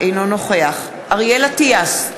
אינו נוכח אריאל אטיאס,